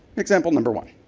example number one.